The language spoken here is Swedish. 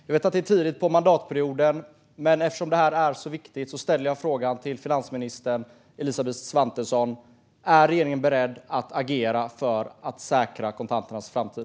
Jag vet att det är tidigt på mandatperioden, men eftersom detta är så viktigt ställer jag frågan till finansminister Elisabeth Svantesson: Är regeringen beredd att agera för att säkra kontanternas framtid?